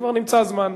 כבר נמצא זמן,